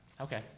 okay